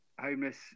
homeless